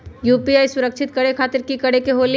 UPI सुरक्षित करे खातिर कि करे के होलि?